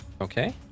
Okay